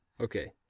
Okay